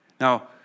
Now